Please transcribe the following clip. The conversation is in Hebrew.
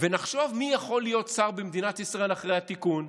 ונחשוב מי יכול להיות שר במדינת ישראל אחרי התיקון.